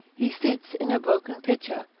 he sits in a broken pitcher,